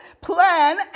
plan